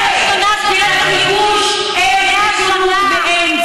100 שנה של הכיבוש, 100 שנה.